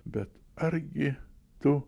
bet argi tu